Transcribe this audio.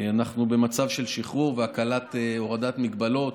אנחנו במצב של שחרור והקלה והורדת הגבלות.